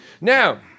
Now